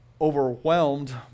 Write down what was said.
overwhelmed